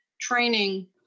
training